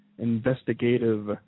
Investigative